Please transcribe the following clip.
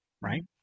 right